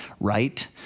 right